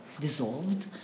dissolved